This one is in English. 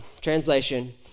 translation